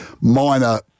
minor